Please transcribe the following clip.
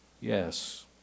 Yes